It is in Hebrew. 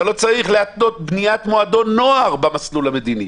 אתה לא צריך להתנות בניית מועדון נוער במסלול המדיני.